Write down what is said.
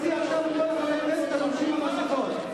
להוציא את כל חברי הכנסת הלובשים מסכות.